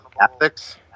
ethics